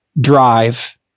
drive